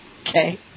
Okay